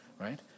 Right